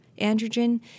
androgen